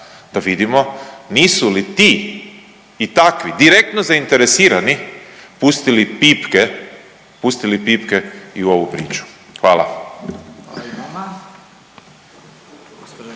da vidimo nisu li ti i takvi direktno zainteresirani pustili pipke, pustili pipke i u ovu priču. Hvala.